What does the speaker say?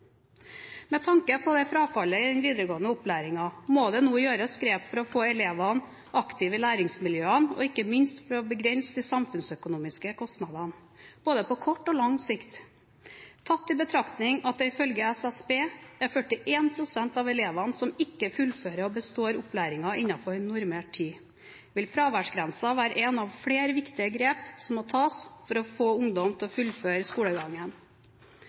Med tanke på frafallet i den videregående opplæringen må det nå gjøres grep for å få elevene aktive i læringsmiljøene og ikke minst prøve å begrense de samfunnsøkonomiske kostnadene på både kort og lang sikt. Tatt i betraktning at det ifølge SSB er 41 pst. av elevene som ikke fullfører og består opplæringen innenfor normert tid, vil fraværsgrensen være ett av flere viktige grep som må tas for å få ungdom til å fullføre skolegangen.